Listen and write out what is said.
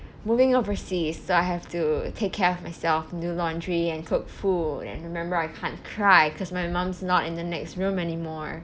moving overseas so I have to take care of myself do laundry and cook food and remember I can't cry because my mum's not in the next room anymore